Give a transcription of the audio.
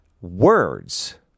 words